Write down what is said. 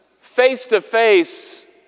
face-to-face